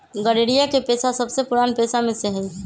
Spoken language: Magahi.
गरेड़िया के पेशा सबसे पुरान पेशा में से हई